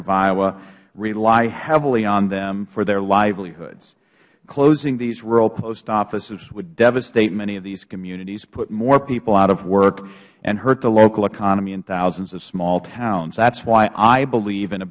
of iowa rely heavily on them for their livelihoods closing these rural post offices would devastate many of these communities put more people out of work and hurt the local economy in thousands of small towns that is why i believe in a